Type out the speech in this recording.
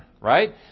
right